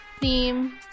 theme